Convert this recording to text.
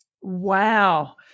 Wow